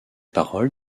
paroles